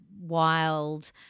wild